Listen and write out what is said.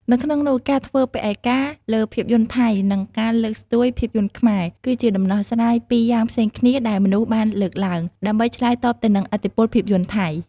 នៅក្នុងនោះការធ្វើពហិការលើភាពយន្តថៃ និងការលើកស្ទួយភាពយន្តខ្មែរ គឺជាដំណោះស្រាយពីរយ៉ាងផ្សេងគ្នាដែលមនុស្សបានលើកឡើង ដើម្បីឆ្លើយតបទៅនឹងឥទ្ធិពលភាពយន្តថៃ។